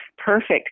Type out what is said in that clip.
perfect